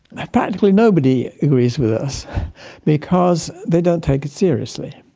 ah practically nobody agrees with us because they don't take it seriously.